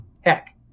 heck